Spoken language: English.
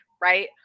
right